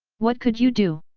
what could you do?